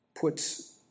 puts